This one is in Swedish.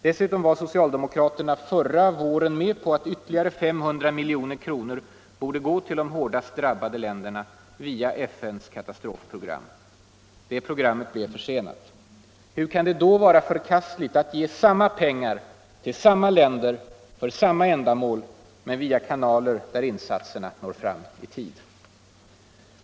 Dessutom var socialdemokraterna förra våren med på att ytterligare 500 miljoner kronor borde gå till de hårdast drabbade länderna via FN:s katastrofprogram. Det programmet blev försenat. Hur kan det då vara förkastligt att ge samma pengar till samma länder för samma ändamål men via kanaler där insatserna når fram i tid?